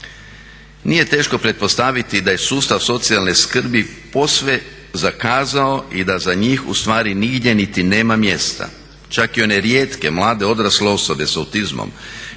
Nije teško pretpostaviti da je sustav socijalne skrbi posve zakazao i da za njih ustvari nigdje niti nema mjesta. Čak i one rijetke mlade odrasle osobe s autizmom